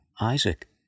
Isaac